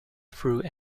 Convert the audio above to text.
through